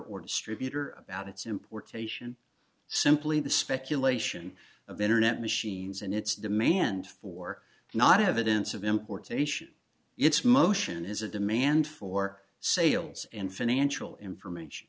or distributor about its importation simply the speculation of internet machines and its demand for not evidence of importation its motion is a demand for sales and financial information